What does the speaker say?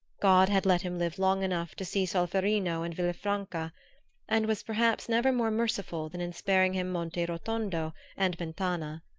god had let him live long enough to see solferino and villa-franca and was perhaps never more merciful than in sparing him monte rotondo and mentana.